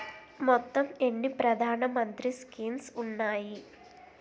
మొత్తం ఎన్ని ప్రధాన మంత్రి స్కీమ్స్ ఉన్నాయి?